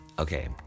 Okay